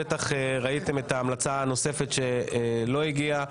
בטח ראיתם את ההמלצה הנוספת שלא הגיעה,